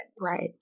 Right